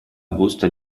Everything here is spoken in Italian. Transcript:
busta